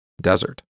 desert